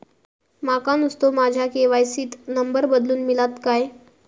माका नुस्तो माझ्या के.वाय.सी त नंबर बदलून मिलात काय?